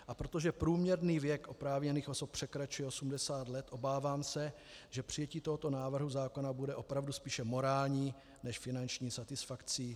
A protože průměrný věk oprávněných osob překračuje 80 let, obávám se, že přijetí tohoto návrhu zákona bude opravdu spíše morální než finanční satisfakcí.